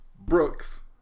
Brooks